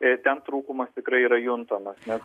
ir ten trūkumas tikrai yra juntamas nes